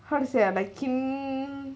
how to say ah like